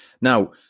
now